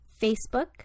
Facebook